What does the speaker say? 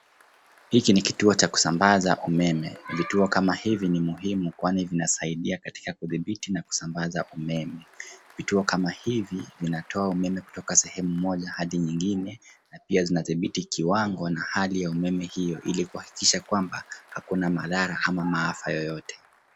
Hiki ni kituo cha kusambaza umeme. Vituo kama hivi ni muhimu kwani vinasaidia katika kudhibiti na kusambaza umeme. Vituo kama hivi vinatoa umeme kutoka sehemu moja hadi nyingine na pia zinadhibiti kiwango na hali ya umeme hiyo ili kuhakikisha kwamba hakuna madhara ama maafa yoyote.